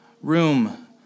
room